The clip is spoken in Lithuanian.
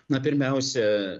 na pirmiausia